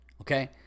Okay